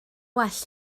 well